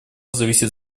зависит